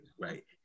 right